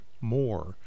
more